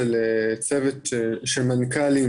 איזה סוג עסקאות ייכנסו תחת המנדט שניתן לנו בהחלטת הממשלה.